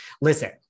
Listen